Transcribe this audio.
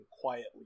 quietly